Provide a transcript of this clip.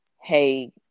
hey